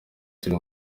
turi